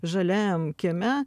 žaliajam kieme